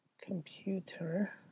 computer